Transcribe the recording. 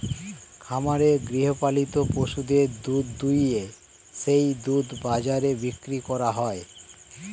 খামারে গৃহপালিত পশুদের দুধ দুইয়ে সেই দুধ বাজারে বিক্রি করা হয়